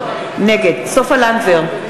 נגד סופה לנדבר,